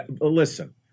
Listen